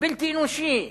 בלתי אנושי,